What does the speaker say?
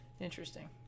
Interesting